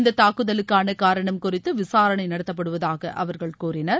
இந்த தாக்குதலுக்கான காரணம் குறித்து விசாரனை நடத்தப்படுவதாக அவர்கள் கூறினர்